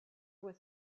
was